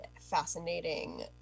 fascinating